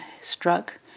struck